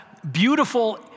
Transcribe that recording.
beautiful